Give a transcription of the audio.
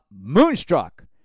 Moonstruck